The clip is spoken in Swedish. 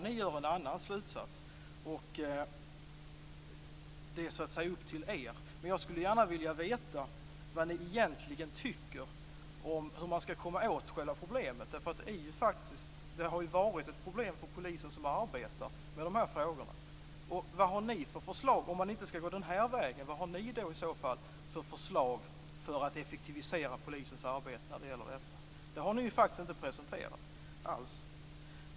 Ni drar en annan slutsats, och det är upp till er. Jag skulle gärna vilja veta vad ni egentligen tycker om hur man skall komma åt själva problemet. Det har varit problem för polisen som arbetar med de här frågorna. Vad har ni för förslag om man inte skall gå den här vägen? Vad har ni för förslag för att effektivisera polisens arbete när det gäller detta? Det har ni inte alls presenterat.